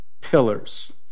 pillars